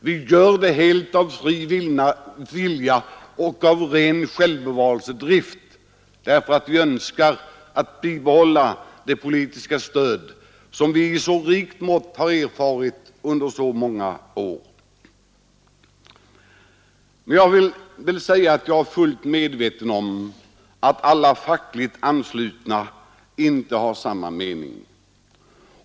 Vi gör det helt av fri vilja och av ren självbevarelsedrift, därför att vi önskar bibehålla det politiska stöd som vi i så rikt mått har erfarit under så många år. é Jag vill säga att jag är fullt medveten om att alla fackligt anslutna inte har samma mening.